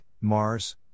Mars